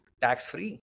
tax-free